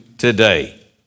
Today